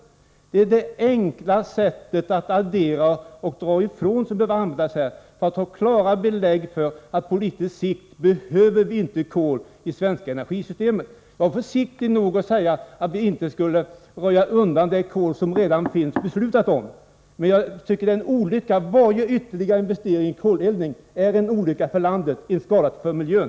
Man behöver bara använda de enkla räknesätten — och alltså addera och dra ifrån — för att få klara belägg för att vi på litet sikt inte behöver kol i det svenska energisystemet. Jag var försiktig nog att säga att vi inte skulle röja undan det kol som det redan finns beslut om. Men jag tycker att varje ytterligare investering i koleldning är en olycka för landet, och till skada för miljön.